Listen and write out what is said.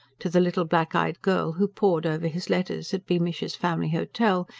to the little black-eyed girl who pored over his letters at beamish's family hotel,